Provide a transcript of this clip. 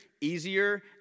easier